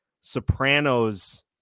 Sopranos